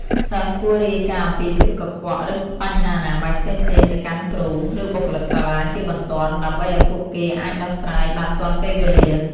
សិស្សគួររាយការណ៍អំពីភាពកខ្វក់ ឬបញ្ហាអនាម័យផ្សេងៗទៅកាន់គ្រូ ឬបុគ្គលិកសាលាជាបន្ទាន់ ដើម្បីឲ្យពួកគេអាចដោះស្រាយបានទាន់ពេលវេលា។